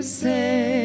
say